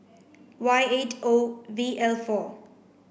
Y eight O V L four